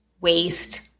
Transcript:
waste